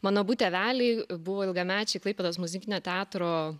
mano abu tėveliai buvo ilgamečiai klaipėdos muzikinio teatro